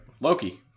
Loki